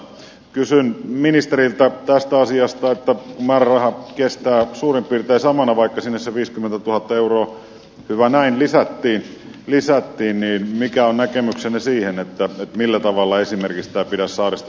kysyn ministeriltä tästä asiasta määräraha kestää suurin piirtein samana vaikka sinne se viisikymmentätuhatta euroa javanainen diskattiin lisää pieneen mikä on näkemyksemme siihen että millä tavalla esimerkistä pidä saaristo